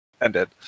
ended